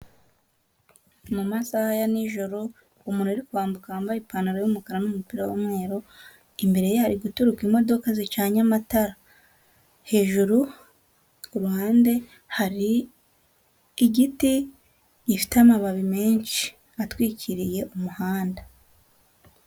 Mu masaha ya n'ijoro, umuntu uri kwambuka wambaye ipantaro y'umukara n'umupira w'umweru, imbere ye hari guturuka imodoka zicanye amatara. Hejuru ku ruhande hari igiti gifite amababi menshi atwikiriye umuhanda.